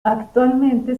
actualmente